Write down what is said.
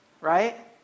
right